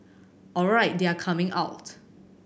alright they are coming out